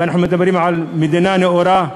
ואנחנו מדברים על מדינה נאורה,